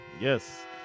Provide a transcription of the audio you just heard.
Yes